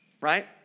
Right